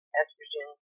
estrogen